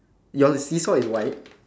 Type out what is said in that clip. your seesaw is white